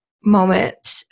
moment